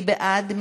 מי בעד?